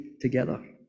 together